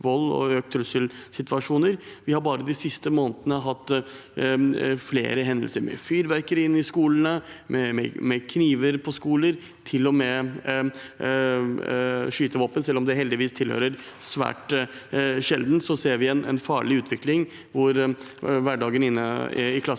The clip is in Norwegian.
og flere trusselsituasjoner. Vi har bare de siste månedene hatt flere hendelser med fyrverkeri inne på skolene, med kniver på skoler og til og med skytevåpen. Selv om det heldigvis er svært sjelden, ser vi en farlig utvikling, hvor hverdagen inne i klasserommene